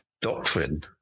doctrine